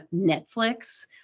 Netflix